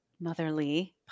motherly